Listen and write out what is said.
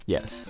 Yes